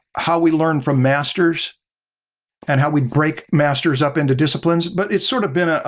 how we learn from masters and how we break masters up into disciplines. but it's sort of been ah